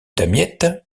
damiette